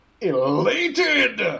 elated